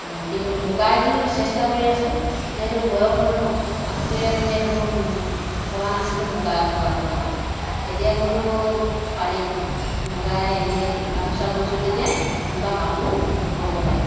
কিন্তু মুগাযোৰ চেষ্টা কৰি আছোঁ যিহেতু বয়স হ'ল ন আগতে মানে সেইটো ভবা নাছিলোঁ মুগা বোৱা কথাটো এতিয়া কিন্তু পাৰিম মুগা এনেই গামোচা বৈছোঁ যেতিয়া তেনেকুৱা কাপোৰো ব'ব পাৰিম